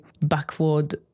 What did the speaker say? backward